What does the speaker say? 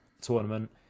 tournament